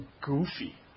goofy